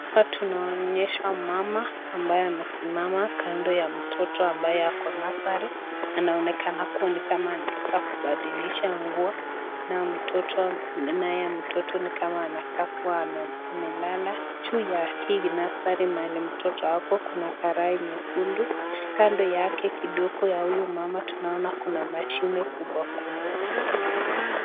Hapa tunaonyeshwa mama ambaye amesimama kando ya mtoto ambaye ako nursery anaonekana kuwa anataka kubadilisha nguo naye mtoto anakaa kuwa amelala juu ya hii nursery mahali mtoto ako kuna karai nyekundu kando yake kidogo kwa huyo mama tunaona kuna machine kubwa kubwa.